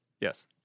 Yes